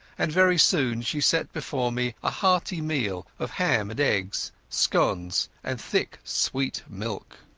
and very soon she set before me a hearty meal of ham and eggs, scones, and thick sweet milk.